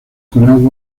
con